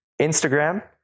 Instagram